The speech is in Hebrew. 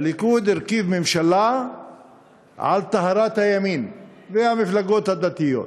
הליכוד הרכיב ממשלה על טהרת הימין והמפלגות הדתיות.